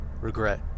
regret